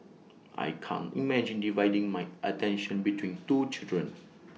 I can't imagine dividing my attention between two children